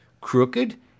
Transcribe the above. crooked